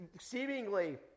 seemingly